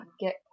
get